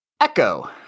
Echo